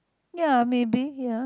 ya maybe ya